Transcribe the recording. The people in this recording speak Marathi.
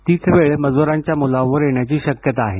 तीच वेळ मज्रांच्या मुलांवर येण्याची शक्यता आहे